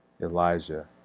Elijah